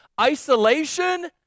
isolation